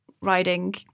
riding